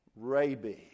rabies